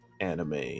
anime